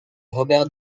robert